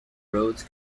roads